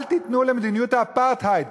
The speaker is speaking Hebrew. אל תיתנו יד למדיניות האפרטהייד.